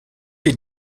les